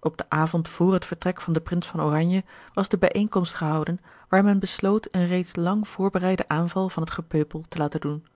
op den avond george een ongeluksvogel vr het vertrek van den prins van oranje was de bijeenkomst gehouden waar men besloot een reeds lang voorbereidden aanval van het gepeupel te laten doen